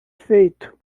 feito